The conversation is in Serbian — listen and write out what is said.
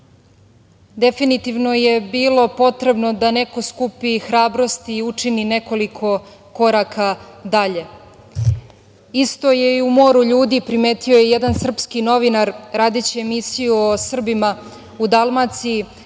Jadranu. Definitivno je bilo potrebno da neko skupi hrabrosti i učini nekoliko koraka dalje. Isto je i u moru ljudi, primetio je jedan srpski novinar radeći emisiju o Srbima u Dalmaciji,